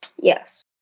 yes